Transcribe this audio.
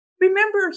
remember